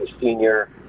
senior